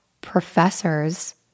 professors